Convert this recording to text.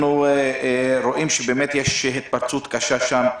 אנחנו רואים שבאמת יש התפרצות קשה שם,